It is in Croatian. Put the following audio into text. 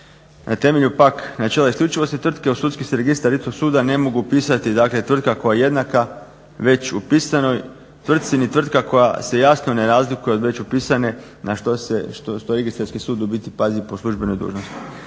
Na temelju pak načela isključivosti tvrtke u sudski se registar istog suda ne mogu upisati dakle tvrtka koja je jednaka već upisanoj tvrtci ni tvrtka koja se jasno ne razlikuje od već upisane na što registarski sud u biti pazi po službenoj dužnosti.